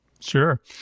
Sure